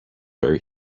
very